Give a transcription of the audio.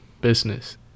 business